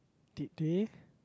did they